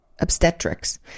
obstetrics